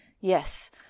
Yes